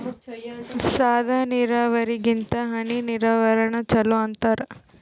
ಸಾದ ನೀರಾವರಿಗಿಂತ ಹನಿ ನೀರಾವರಿನ ಚಲೋ ಅಂತಾರ